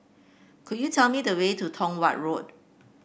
could you tell me the way to Tong Watt Road